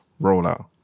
rollout